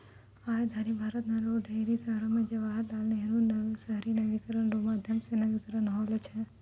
आय धरि भारत रो ढेरी शहरो मे जवाहर लाल नेहरू शहरी नवीनीकरण रो माध्यम से नवीनीकरण होलौ छै